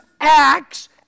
Acts